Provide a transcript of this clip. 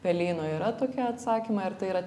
pelyno yra tokie atsakymai ar tai yra